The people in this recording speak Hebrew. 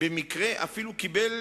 הוא אפילו קיבל